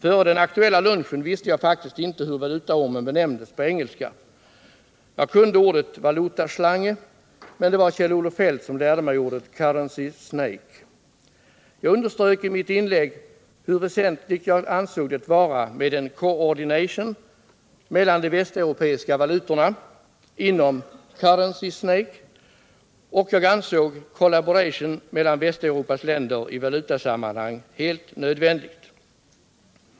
Före den aktuella lunchen visste jag faktiskt inte hur valutaormen benämndes på engelska. Jag kunde ordet ”Valutaschlange”, men det var Kjell-Olof Feldt som lärde mig orden ”currency snake”. Jag underströk i mitt inlägg hur väsentligt jag ansåg det vara med en ”coordination” mellan de västeuropeiska valutorna inom the ”currency snake” och att jag ansåg ”collaboration” mellan Västeuropas länder i valutasammanhang helt nödvändigt.